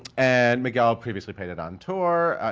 and miguel previously played it on tour.